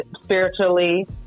Spiritually